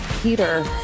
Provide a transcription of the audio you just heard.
Peter